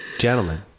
Gentlemen